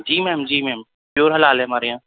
جی ma'am جی ma'am pure حلال ہے ہمارے یہاں